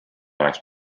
oleks